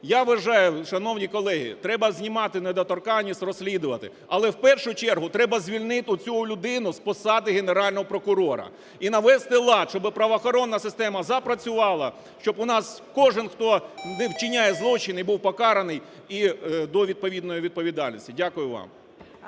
Я вважаю, шановні колеги, треба знімати недоторканність, розслідувати, але, в першу чергу, треба звільнити цю людину з посади Генерального прокурора і навести лад, щоби правоохоронна система запрацювала, щоб у нас кожен, хто вчиняє злочин, і був покараний, і до відповідної відповідальності. Дякую вам.